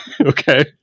Okay